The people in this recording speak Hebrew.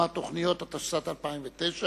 ותועבר לוועדת החינוך לשם הכנתה לקריאה ראשונה.